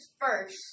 first